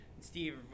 Steve